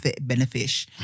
benefit